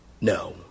No